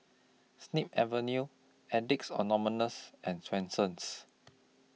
Snip Avenue Addicts Anonymous and Swensens